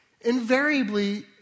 Invariably